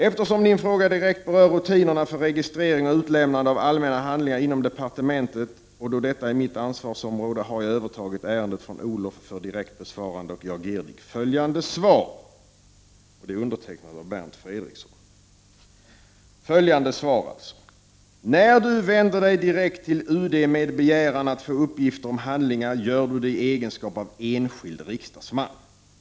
Eftersom Din fråga direkt berör rutinerna för registrering och utlämnande av allmänna handlingar inom departementet, och då detta är mitt ansvarsområde, har jag övertagit ärendet från Olof för direkt besvarande, och jag ger Dig följande svar. När Du vänder Dig direkt till UD med begäran att få uppgifter om handlingar gör Du det i egenskap av enskild riksdagsman.